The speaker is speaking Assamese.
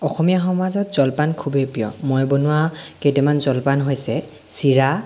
অসমীয়া সমাজত জলপান খুবেই প্ৰিয় মই বনোৱা কেইটামান জলপান হৈছে চিৰা